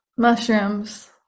mushrooms